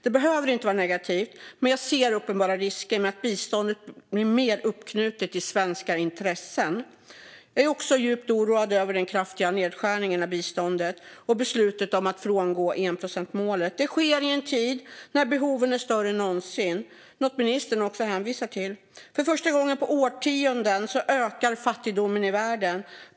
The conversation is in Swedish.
Det behöver inte vara negativt, men jag ser uppenbara risker med att biståndet blir mer uppknutet till svenska intressen. Jag är också djupt oroad över den kraftiga nedskärningen av biståndet och beslutet att frångå enprocentsmålet. Det sker i en tid när behoven är större än någonsin - något ministern också hänvisar till. För första gången på årtionden ökar fattigdomen i världen.